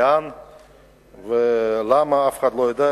לאן ולמה, אף אחד לא יודע.